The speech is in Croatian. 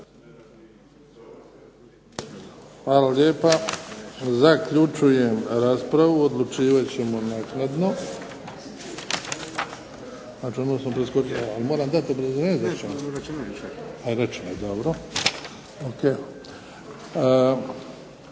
Hvala lijepa. Zaključujem raspravu, odlučivat ćemo naknadno.